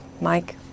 Mike